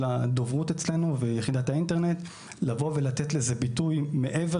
הדוברות אצלנו ויחידת האינטרנט לתת לזה ביטוי מעבר